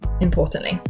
importantly